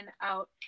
out